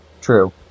True